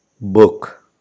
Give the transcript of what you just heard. book